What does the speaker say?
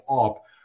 up